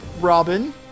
Robin